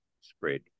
spread